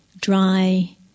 dry